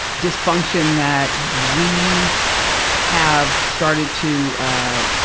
dysfunction that we have started to, ah,